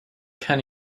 can